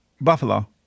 Buffalo